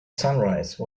sunrise